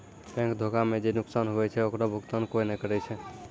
bank धोखा मे जे नुकसान हुवै छै ओकरो भुकतान कोय नै करै छै